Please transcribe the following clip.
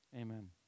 Amen